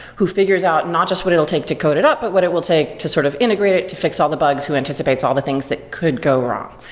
who figures out not just what it'll take to code it up, but what it will take to sort of integrate it to fix all the bugs who anticipates all the things that could go wrong.